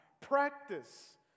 practice